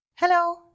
Hello